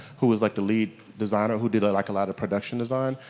who is like the lead designer who did like a lot of production design.